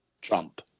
Trump